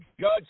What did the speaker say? Judge